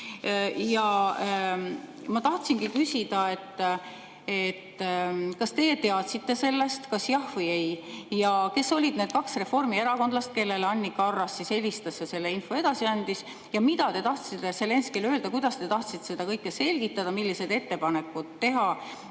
Ma tahtsingi küsida, kas teie teadsite sellest. Kas jah või ei? Kes olid need kaks reformierakondlast, kellele Annika Arras siis helistas ja selle info edasi andis? Ja mida te tahtsite Zelenskõile öelda? Kuidas te tahtsite seda kõike selgitada, milliseid ettepanekuid teha?